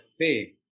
pay